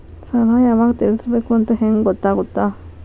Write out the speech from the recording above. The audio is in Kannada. ಸಾಲ ಯಾವಾಗ ತೇರಿಸಬೇಕು ಅಂತ ಹೆಂಗ್ ಗೊತ್ತಾಗುತ್ತಾ?